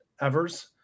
Evers